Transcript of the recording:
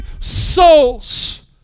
souls